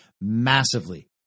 massively